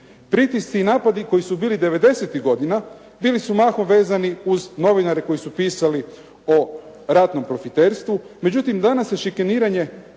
Pritisci i napadi koji su bili devedesetih godina bili su mahom vezani uz novinare koji su pisali o ratnom profiterstvu međutim danas se šikaniranje